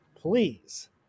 please